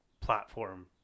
platform